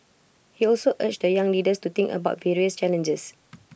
he also urged the young leaders to think about various challenges